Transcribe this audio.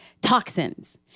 toxins